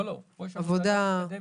פה יש עבודה מתקדמת.